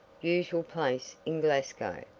usual place in glasgow.